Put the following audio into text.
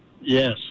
Yes